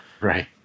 Right